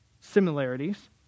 similarities